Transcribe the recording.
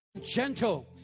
gentle